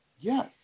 yes